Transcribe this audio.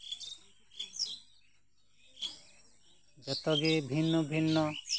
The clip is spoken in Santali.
ᱡᱚᱛᱚ ᱜᱮ ᱵᱷᱤᱱᱱᱚ ᱵᱷᱤᱱᱱᱚ